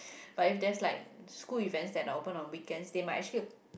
but if there is like a school event that are open on weekend that might actually